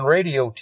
Radio